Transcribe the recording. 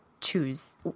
choose